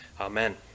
Amen